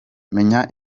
menya